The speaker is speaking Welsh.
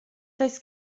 does